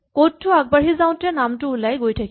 code টো আগবাঢ়ি যাওঁতে নামটো ওলাই গৈ থাকিব